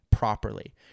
Properly